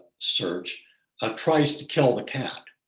search ah tries to kill the cat